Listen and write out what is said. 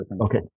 Okay